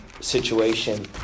situation